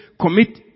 commit